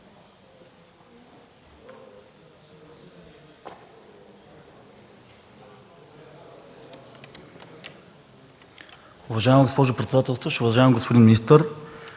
Уважаема госпожо председател, уважаеми господин министър!